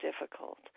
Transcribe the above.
difficult